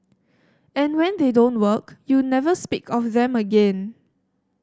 and when they don't work you never speak of them again